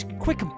Quick